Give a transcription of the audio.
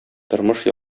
тормыш